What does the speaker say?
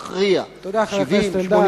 70% 80%. תודה, חבר הכנסת אלדד.